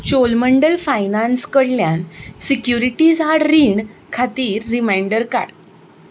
चोलमंडल फायनान्सा कडल्यान सिक्युरिटीज आड रीण खातीर रिमांयडर काड